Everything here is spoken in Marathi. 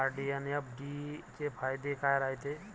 आर.डी अन एफ.डी चे फायदे काय रायते?